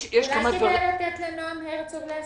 כדאי לתת לעו"ד נעם הרצוג להסביר.